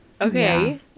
okay